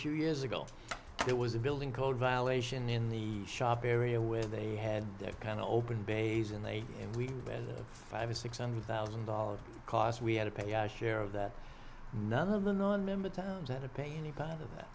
few years ago there was a building code violation in the shop area where they had their kind open bays and they we have a six hundred thousand dollars cost we had to pay our share of that none of the nonmember times had to pay any part of that